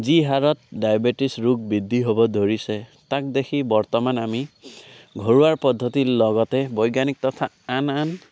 যি হাৰত ডায়বেটিছ ৰোগ বৃদ্ধি হ'ব ধৰিছে তাক দেখি বৰ্তমান আমি ঘৰুৱা পদ্ধতিৰ লগতে বৈজ্ঞানিক তথা আন আন